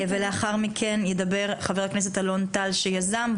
לאחר מכן ידבר חבר הכנסת אלון טל שיזם,